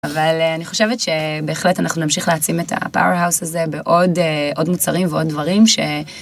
אבל אני חושבת שבהחלט אנחנו נמשיך להעצים את הפאוור האוס הזה בעוד עוד מוצרים ועוד דברים ש.